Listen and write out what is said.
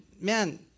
man